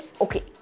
Okay